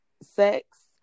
sex